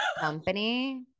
company